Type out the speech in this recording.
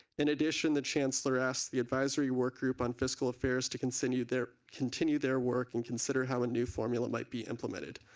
in addition the chancellor asked the advisory work group on fiscal affairs to continue their continue their work and consider how the formula might be implemented.